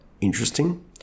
interesting